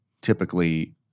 typically